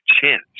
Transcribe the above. chance